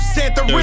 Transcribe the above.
Santa